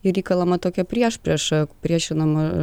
ir įkalama tokia priešprieša priešinama